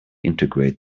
integrate